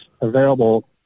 available